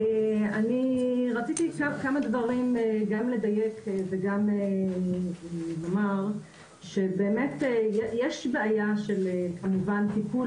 אני רציתי כמה דברים גם לדייק וגם לומר שבאמת יש בעיה של כמובן טיפול